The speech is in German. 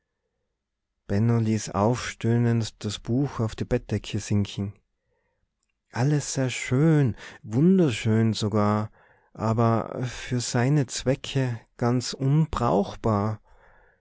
ließ aufstöhnend das buch auf die bettdecke sinken alles sehr schön wunderschön sogar aber für seine zwecke ganz